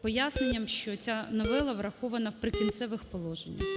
поясненням, що ця новела врахована в "Прикінцевих положеннях".